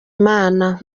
imana